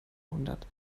hundert